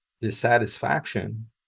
dissatisfaction